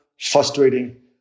frustrating